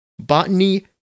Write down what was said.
Botany